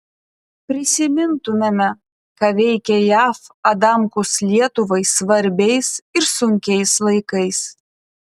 prisimintumėme ką veikė jav adamkus lietuvai svarbiais ir sunkiais laikais